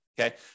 Okay